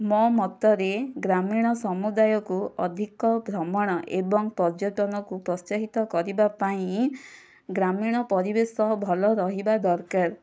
ମୋ ମତରେ ଗ୍ରାମୀଣ ସମୁଦାୟକୁ ଅଧିକ ଭ୍ରମଣ ଏବଂ ପର୍ଯ୍ୟଟନକୁ ପ୍ରୋତ୍ସାହିତ କରିବା ପାଇଁ ଗ୍ରାମୀଣ ପରିବେଶ ଭଲ ରହିବା ଦରକାର